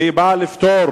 והיא באה לפתור,